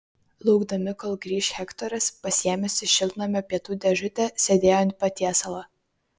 laukdami kol grįš hektoras pasiėmęs iš šiltnamio pietų dėžutę sėdėjo ant patiesalo